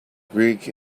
greek